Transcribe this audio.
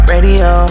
Radio